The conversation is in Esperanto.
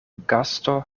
gasto